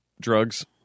drugs